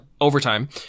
overtime